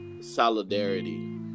solidarity